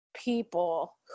people